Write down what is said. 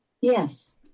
Yes